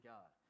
God